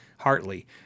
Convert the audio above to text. Hartley